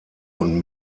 und